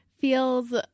feels